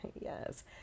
Yes